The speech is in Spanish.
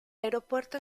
aeropuerto